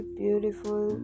beautiful